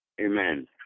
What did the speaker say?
Amen